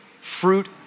fruit